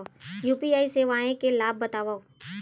UPI सेवाएं के लाभ बतावव?